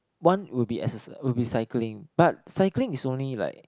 one will be exer~ will be cycling but cycling is only like